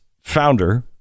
founder